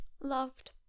loved